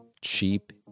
cheap